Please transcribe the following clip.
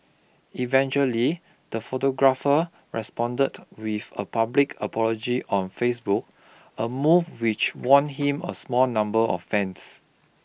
eventually the photographer responded with a public apology on Facebook a move which won him a small number of fans